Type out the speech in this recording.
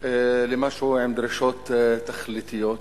למשהו עם דרישות תכליתיות.